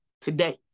today